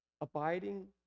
Abiding